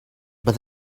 but